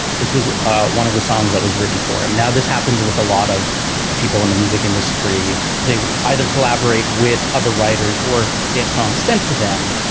this was ah one of the songs that was written for him. now, this happens with a lot of people in the music industry, they either collaborate with other writers or they have songs sent to them,